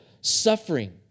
suffering